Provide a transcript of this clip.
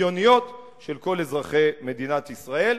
השוויוניות של כל אזרחי מדינת ישראל.